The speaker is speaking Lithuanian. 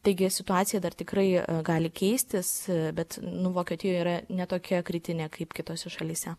taigi situacija dar tikrai gali keistis bet nu vokietijoje yra ne tokia kritinė kaip kitose šalyse